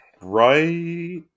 right